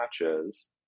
matches